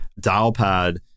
Dialpad